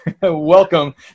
welcome